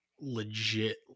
legit